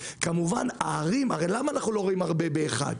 למה אנחנו לא רואים הרבה מאשכול 1?